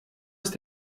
ist